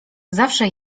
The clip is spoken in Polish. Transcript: zawsze